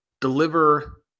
deliver